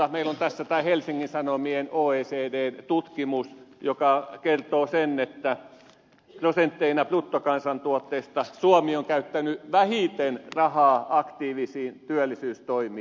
meillä on tässä tämä helsingin sanomissa ollut oecdn tutkimus joka kertoo sen että prosentteina bruttokansantuotteesta suomi on käyttänyt vähiten rahaa aktiivisiin työllisyystoimiin